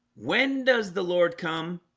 when does the lord come